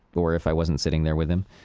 or if i wasn't sitting there with him.